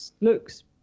looks